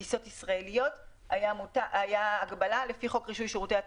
טיסות ישראליות הייתה הגבלה לפי חוק רישוי שירותי התעופה,